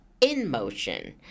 InMotion